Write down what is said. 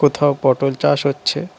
কোথাও পটল চাষ হচ্ছে